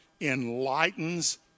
enlightens